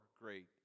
great